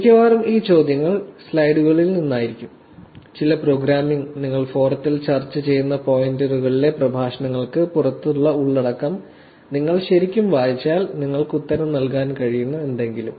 മിക്കവാറും ഈ ചോദ്യങ്ങൾ സ്ലൈഡുകളിൽ നിന്നായിരിക്കും ചില പ്രോഗ്രാമിംഗ് നിങ്ങൾ ഫോറത്തിൽ ചർച്ച ചെയ്യുന്ന പോയിന്ററുകളിലെ പ്രഭാഷണങ്ങൾക്ക് പുറത്തുള്ള ഉള്ളടക്കം നിങ്ങൾ ശരിക്കും വായിച്ചാൽ നിങ്ങൾക്ക് ഉത്തരം നൽകാൻ കഴിയുന്ന എന്തെങ്കിലും